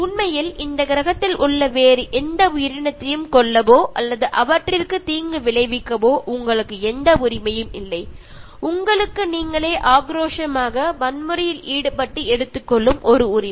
உண்மையில் இந்த கிரகத்தில் உள்ள வேறு எந்த உயிரினத்தையும் கொல்லவோ அல்லது அவற்றிற்கு தீங்கு விளைவிக்கவோ உங்களுக்கு எந்த உரிமையும் இல்லை உங்களுக்கு நீங்களே ஆக்ரோஷமாக வன்முறையில் ஈடுபட்டு எடுத்துக்கொள்ளும் ஒரு உரிமை